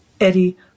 Eddie